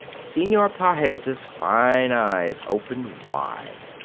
senor pages' fine eyes opened wide.